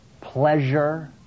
pleasure